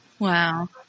Wow